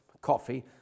coffee